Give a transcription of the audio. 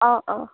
অঁ অঁ